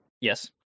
Yes